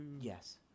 Yes